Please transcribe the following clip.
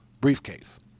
briefcase